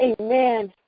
amen